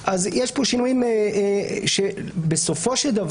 אז נכון שעל סוגיה אחת ואנחנו